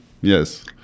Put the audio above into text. Yes